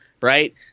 right